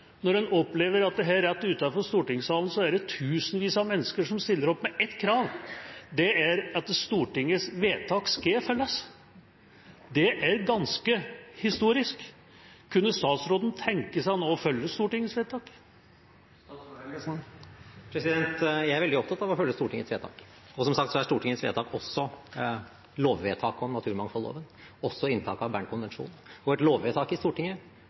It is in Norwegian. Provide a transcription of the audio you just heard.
når en opplever at det rett utenfor stortingssalen er tusenvis av mennesker som stiller opp med ett krav – det er at Stortingets vedtak skal følges. Det er ganske historisk. Kunne statsråden tenke seg nå å følge Stortingets vedtak? Jeg er veldig opptatt av å følge Stortingets vedtak, og som sagt er Stortingets vedtak også lovvedtaket om naturmangfoldloven og også inntaket av Bern-konvensjonen. Et lovvedtak i Stortinget